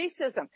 racism